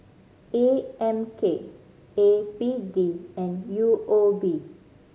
A M K A P D and U O B